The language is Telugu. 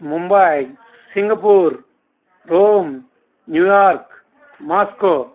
Mumbai Singapore Rome New York Moscow